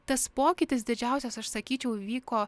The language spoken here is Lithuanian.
tas pokytis didžiausias aš sakyčiau vyko